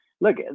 look